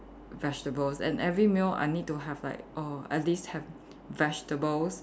vegetables and every meal I need to have like err at least have vegetables